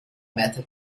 method